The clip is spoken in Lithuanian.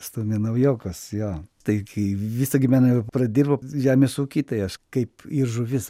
stumia naujokus jo tai kai visą gyvenimą pradirbau žemės ūky tai aš kaip ir žuvis